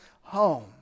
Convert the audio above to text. home